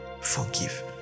Forgive